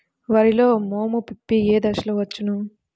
వరిలో మోము పిప్పి ఏ దశలో వచ్చును?